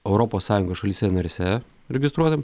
europos sąjungos šalyse narėse registruotam